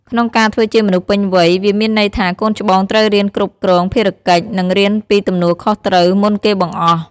ក្នុងការធ្វើជាមនុស្សពេញវ័យ វាមានន័យថាកូនច្បងត្រូវរៀនគ្រប់គ្រងភារកិច្ច និងរៀនពីទំនួលខុសត្រូវមុនគេបង្អស់។